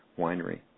winery